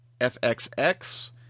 FXX